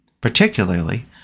particularly